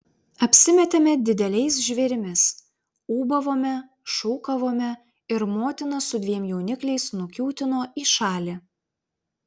apsimetėme dideliais žvėrimis ūbavome šūkavome ir motina su dviem jaunikliais nukiūtino į šalį